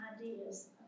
ideas